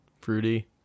Fruity